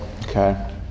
okay